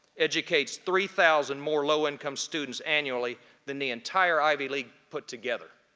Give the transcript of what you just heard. educates three thousand more low-income students annually than the entire ivy league put together.